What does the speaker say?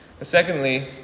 Secondly